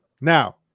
Now